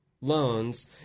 loans